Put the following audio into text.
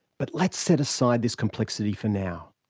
but let's set aside this complexity for now.